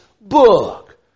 book